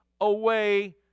away